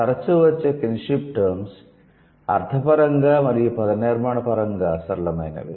తరచూ వచ్చే kinship terms అర్థపరంగా మరియు పదనిర్మాణ పరంగా సరళమైనవి